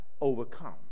overcome